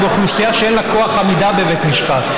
באוכלוסייה שאין לה כוח עמידה בבית משפט,